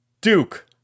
Duke